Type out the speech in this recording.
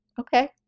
okay